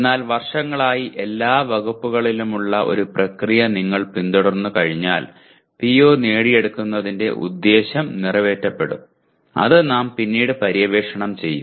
എന്നാൽ വർഷങ്ങളായി എല്ലാ വകുപ്പുകളിലുമുള്ള ഒരു പ്രക്രിയ നിങ്ങൾ പിന്തുടർന്നുകഴിഞ്ഞാൽ PO നേടിയെടുക്കുന്നതിന്റെ ഉദ്ദേശ്യം നിറവേറ്റപ്പെടും അത് നാം പിന്നീട് പര്യവേക്ഷണം ചെയ്യും